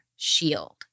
shield